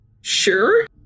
sure